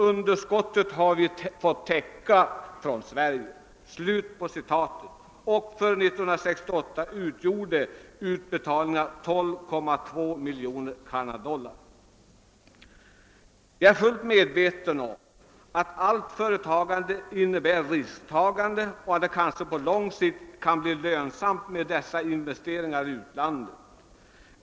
Underskottet har vi fått täcka från Sverige.» För 1968 utgjorde utbetalningarna 12,2 miljoner kanadensiska dollar. Jag är fullt medveten om att all företagsamhet innebär risktagande och att det kanske på lång sikt kan bli lönsamt med dessa investeringar i utlandet.